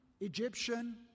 Egyptian